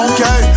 Okay